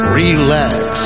relax